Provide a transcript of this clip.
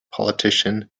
politician